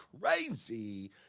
crazy